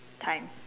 time